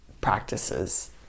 practices